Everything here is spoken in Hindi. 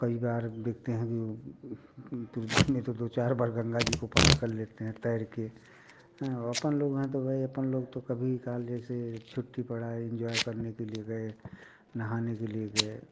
कई बार देखते हैं कि पूरे दिन में तो दो चार बार गंगा जी को पार कर लेते हैं तैर कर और अपन लोग हैं तो भाई अपन लोग तो कभी कॅालेज से छुट्टी पड़ा इन्जॉय करने के लिए गए नहाने के लिए गए